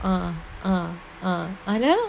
ah ah ah uh there